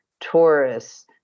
Taurus